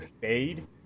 fade